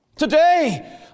today